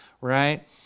right